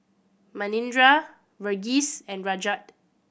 Manindra Verghese and Rajat